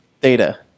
data